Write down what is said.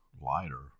lighter